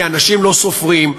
כי אנשים לא סופרים,